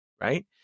right